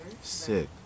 Sick